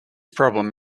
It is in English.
problem